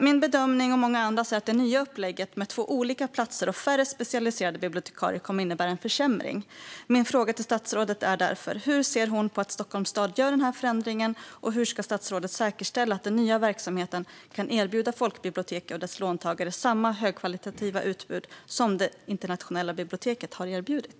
Min och många andras bedömning är att det nya upplägget med två olika platser och färre specialiserade bibliotekarier kommer att innebära en försämring. Min fråga till statsrådet är därför: Hur ser hon på att Stockholms stad gör den här förändringen? Och hur ska statsrådet säkerställa att den nya verksamheten kan erbjuda folkbibliotek och dess låntagare samma högkvalitativa utbud som Internationella biblioteket har erbjudit?